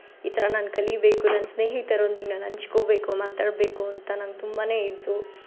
ಈ ಥರ ನಾನು ಕಲೀಬೇಕು ನಾನು ಸ್ನೇಹಿತರೊಂದಿಗೆ ನಾನುನ್ ಹಂಚ್ಕೋಬೇಕು ಮಾತಾಡಬೇಕು ಅಂತ ನನ್ಗೆ ತುಂಬ ಇತ್ತು